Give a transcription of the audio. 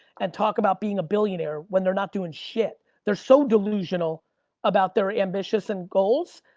and talk about being a billionaire, when they're not doing shit. they're so delusional about their ambitious and goals,